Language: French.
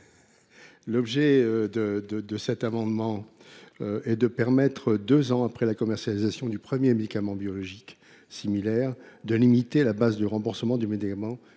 travers de cet amendement, nous souhaitons permettre, deux ans après la commercialisation du premier médicament biologique similaire, de limiter la base de remboursement du médicament